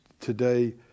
today